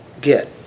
get